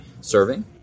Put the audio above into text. serving